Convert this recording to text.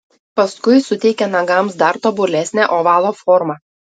paskui suteikia nagams dar tobulesnę ovalo formą